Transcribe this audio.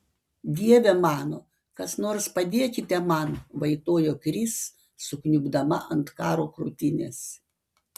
dieve mano kas nors padėkite man vaitojo kris sukniubdama ant karo krūtinės